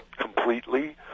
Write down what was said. completely